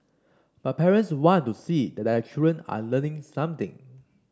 but parents want to see that their children are learning something